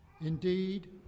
Indeed